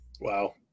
Wow